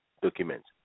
documents